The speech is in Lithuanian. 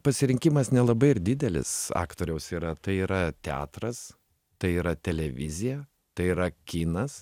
pasirinkimas nelabai ir didelis aktoriaus yra tai yra teatras tai yra televizija tai yra kinas